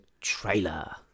trailer